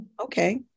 Okay